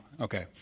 Okay